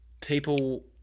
people